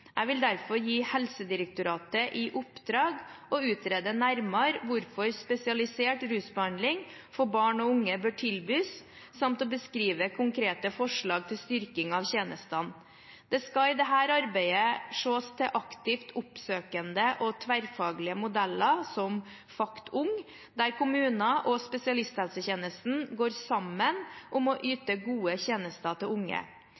Jeg vil derfor gi Helsedirektoratet i oppdrag å utrede nærmere hvorfor spesialisert rusbehandling for barn og unge bør tilbys, samt å beskrive konkrete forslag til styrking av tjenestene. Det skal i dette arbeidet ses på aktivt oppsøkende og tverrfaglige modeller, som FACT Ung, der kommuner og spesialisthelsetjenesten går sammen om å yte gode tjenester til unge.